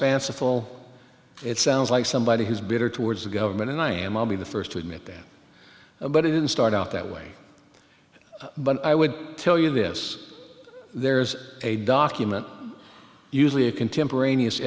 fanciful it sounds like somebody who's bitter towards the government and i am i'll be the first to admit that but it didn't start out that way but i would tell you this there's a document usually a contemporaneous